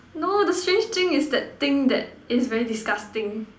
no the strange thing is that thing that it's very disgusting